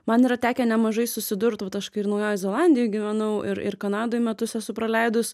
man yra tekę nemažai susidurt vat kai aš ir naujoj zelandijoj gyvenau ir ir kanadoj metus esu praleidus